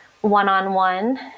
one-on-one